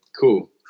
cool